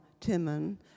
Timon